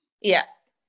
Yes